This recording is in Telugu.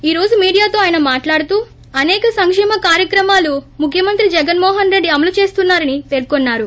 ఈ రోజు మీడియాతో ఆయన మాట్లాడుతూ అసేక సంకేమ కార్యక్రమాలు ముఖ్యమంత్రి జగన్మోహనరెడ్డి అమలు చేస్తున్నారని పేర్కొన్నారు